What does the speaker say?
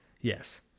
Yes